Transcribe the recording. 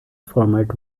format